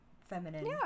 feminine